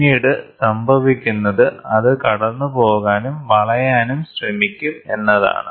പിന്നീട് സംഭവിക്കുന്നത് അത് കടന്നുപോകാനും വളയാനും ശ്രമിക്കും എന്നതാണ്